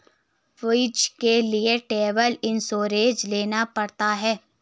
visa के लिए travel insurance लेना पड़ता है